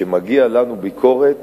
כשמגיע לנו ביקורת